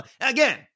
Again